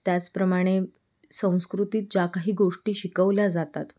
त्याचप्रमाणे संस्कृतीत ज्या काही गोष्टी शिकवल्या जातात